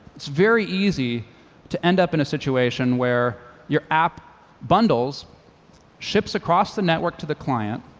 it's very easy to end up in a situation where your app bundles ships across the network to the client,